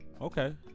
Okay